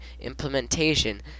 implementation